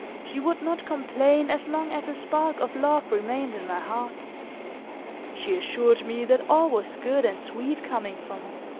she would not complain as long as a spark of love remained in my heart she assured me that all was good and sweet coming from me,